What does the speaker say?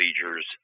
procedures